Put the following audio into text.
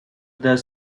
the